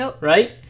right